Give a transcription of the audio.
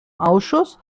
ausschuss